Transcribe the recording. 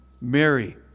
Mary